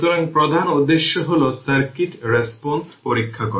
সুতরাং প্রধান উদ্দেশ্য হল সার্কিট রেসপন্স পরীক্ষা করা